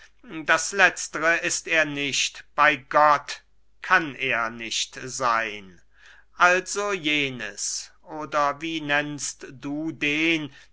das letztere ist er nicht bey gott kann er nicht seyn also jenes oder wie nennst du den